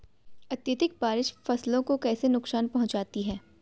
अत्यधिक बारिश फसल को कैसे नुकसान पहुंचाती है?